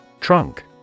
Trunk